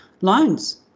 loans